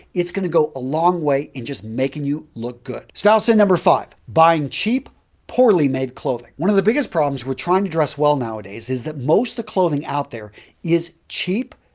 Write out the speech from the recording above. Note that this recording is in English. it's going to go a long way in just making you look good. style sin number five, buying cheap poorly made clothing. one of the biggest problems we're trying to dress well nowadays is that most the clothing out there is cheap,